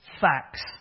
facts